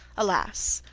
alas!